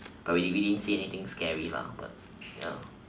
but we didn't we didn't see anything scary lah but ya